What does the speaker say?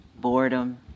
boredom